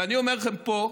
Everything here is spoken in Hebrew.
ואני אומר לכם פה,